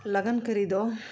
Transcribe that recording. ᱞᱟᱜᱟᱱ ᱠᱟᱹᱨᱤ ᱫᱚ